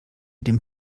dem